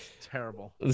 Terrible